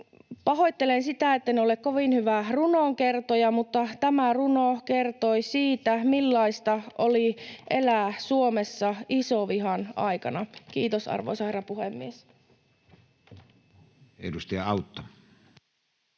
Pahoittelen sitä, etten ole kovin hyvä runonkertoja, mutta tämä runo kertoi siitä, millaista oli elää Suomessa isonvihan aikana. — Kiitos, arvoisa herra puhemies. [Speech 78]